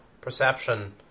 perception